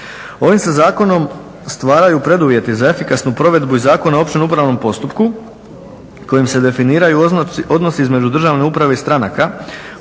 Ovim se zakonom stvaraju preduvjeti za efikasnu provedbu i Zakona o općem upravnom postupku kojim se definiraju odnosi između državne uprave i stranaka